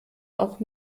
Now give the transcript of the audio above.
auch